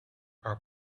our